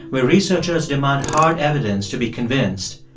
where researchers demand hard evidence to be convinced,